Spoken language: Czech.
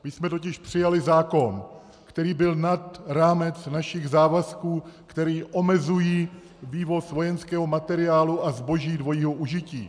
My jsme totiž přijali zákon, který byl nad rámec našich závazků, které omezují vývoz vojenského materiálu a zboží dvojího užití.